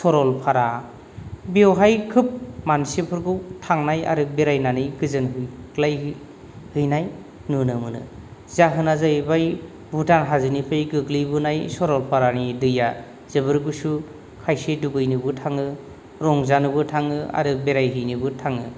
सरलपारा बेवहाय गोबां मानसिफोरखौ थांनाय आरो बेरायनानै गोजोनग्लाय होनाय नुनो मोनो जाहोना जाहैबाय भुटान हाजोनिफ्राय गोग्लैबोनाय सरलपारानि दैया जोबोर गुसु खायसे दुगैनोबो थाङो रंजानोबो थाङो आरो बेरायहैनोबो थाङो